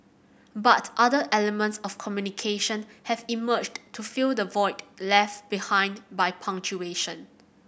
but other elements of communication have emerged to fill the void left behind by punctuation